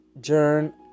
Jern